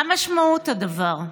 מה משמעות הדבר?